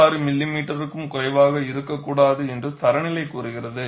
6 மில்லிமீட்டருக்கும் குறைவாக இருக்கக்கூடாது என்று தர நிலை கூறுகிறது